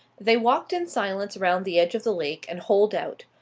they walked in silence round the edge of the lake, and holed out.